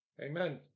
Amen